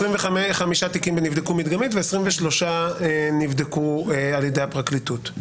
25 תיקים נבדקו מדגמית ו-23 נבדקו על ידי הפרקליטות.